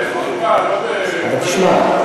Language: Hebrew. אבל תשמע,